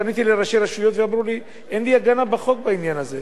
פניתי לראשי רשויות ואמרו לי: אין לי הגנה בחוק בעניין הזה.